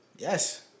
Yes